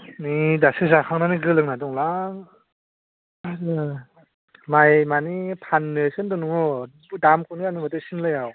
नै दासो जाखांनानै गोलांना दंलै आं माइ माने फाननोसो दङ दामखौनो होआमाथो सिमलायाव